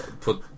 put